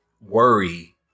worry